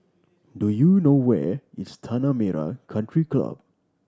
do you know where is Tanah Merah Country Club